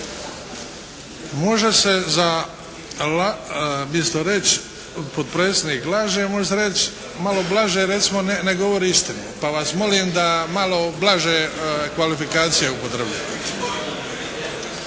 Može se umjesto reći potpredsjednik laže, može se reći malo blaže recimo ne govori istinu. Pa vas molim da malo blaže kvalifikacije upotrebljavate.